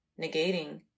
negating